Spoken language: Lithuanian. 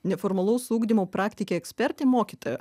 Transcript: neformalaus ugdymo praktikė ekspertė mokytoja